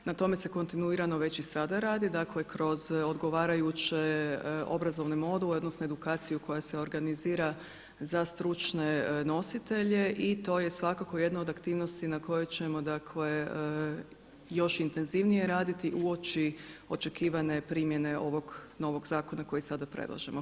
Na tome se kontinuirano već i sada radi, dakle kroz odgovarajuće obrazovne module, odnosno edukaciju koja se organizira za stručne nositelje i to je svakako jedna od aktivnosti na kojoj ćemo dakle još intenzivnije raditi uoči očekivane primjene ovog novog zakona kojeg sada predlažemo.